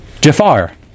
Jafar